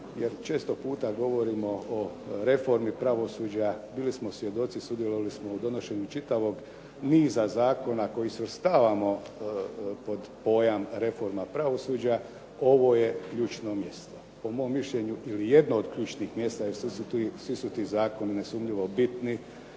jer često puta govorimo o reformi pravosuđa, bili smo svjedoci, sudjelovali smo u donošenju čitavog niza zakona koji svrstavamo pod pojam reforma pravosuđa, ovo je ključno mjesto. Po mom mišljenju ili jedno od ključnih mjesta jer svi su ti zakoni nesumnjivo bitni,